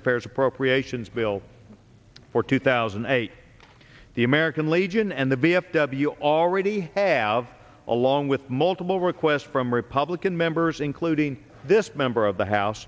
affairs appropriations bill for two thousand and eight the american legion and the v f w already have along with multiple requests from republican members including this member of the house